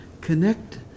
connect